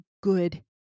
good